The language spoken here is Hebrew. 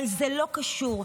אבל זה לא קשור,